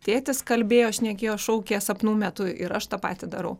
tėtis kalbėjo šnekėjo šaukė sapnų metu ir aš tą patį darau